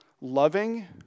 loving